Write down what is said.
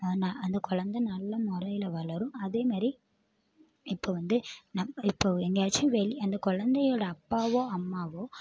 நா அந்த குழந்த ஒரு நல்ல முறையில் வளரும் அதே மாரி இப்போ வந்து நம் இப்போ எங்கேயாச்சும் வெளியே அந்த குழந்தையோட அப்பாவோ அம்மாவோ